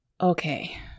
Okay